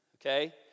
okay